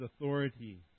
authority